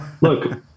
look